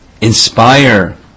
inspire